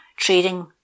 trading